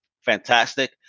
Fantastic